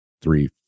three